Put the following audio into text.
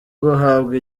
guhabwa